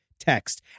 Text